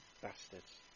bastards